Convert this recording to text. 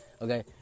okay